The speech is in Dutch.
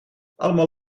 allemaal